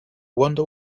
wonder